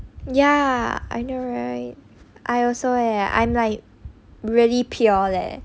ya I know right I also eh I'm like really pure leh